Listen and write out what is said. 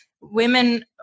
women